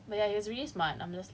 mm okay lah ya I guess